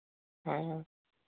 हाँ हाँ